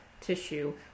tissue